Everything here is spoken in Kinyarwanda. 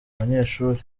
banyeshuri